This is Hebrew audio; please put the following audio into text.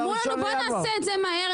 אמרו לנו בואו נעשה את זה מהר,